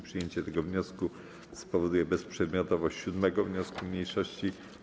Przyjęcie tego wniosku spowoduje bezprzedmiotowość 7. wniosku mniejszości.